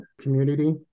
community